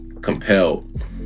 compelled